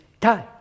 time